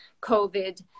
COVID